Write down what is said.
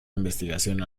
investigación